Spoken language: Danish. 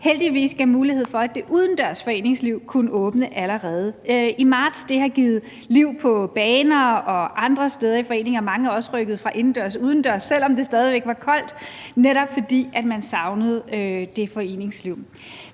heldigvis også gav mulighed for, at det udendørs foreningsliv kunne åbne allerede i marts. Det har givet liv på baner og andre steder i foreninger, og mange er også rykket fra at være indendørs til udendørs, selv om det stadig væk var koldt, netop fordi man savnede det foreningsliv.